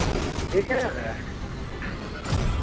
ठीक है दादा